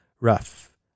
rough